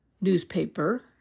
newspaper